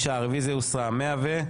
9 נמנעים, אין לא אושר.